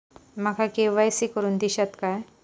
माका के.वाय.सी करून दिश्यात काय?